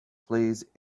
plays